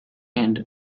and